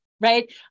right